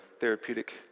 therapeutic